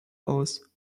aus